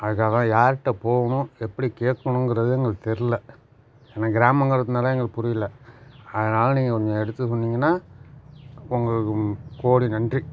அதுக்காக தான் யார்கிட்ட போகணும் எப்படி கேட்கணுங்கிறது எங்களுக்கு தெரில ஏன்னா கிராமங்கிறதனால எங்களுக்கு புரியலை அதனால் நீங்கள் கொஞ்சம் எடுத்து சொன்னீங்கன்னால் உங்களுக்கு கோடி நன்றி